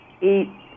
Eat